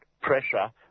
pressure